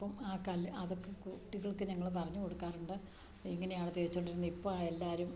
അപ്പം ആ കല്ല് അതൊക്കെ കുട്ടികൾക്ക് ഞങ്ങൾ പറഞ്ഞ് കൊടുക്കാറുണ്ട് ഇങ്ങനെയാണ് തേച്ചോണ്ടിരുന്നത് ഇപ്പം എല്ലാവരും